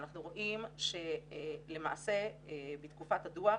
אנחנו רואים שלמעשה בתקופת הדוח,